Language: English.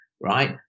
right